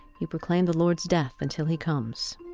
you proclaim the lord's death until he comes